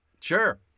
Sure